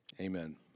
Amen